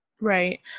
Right